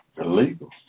illegal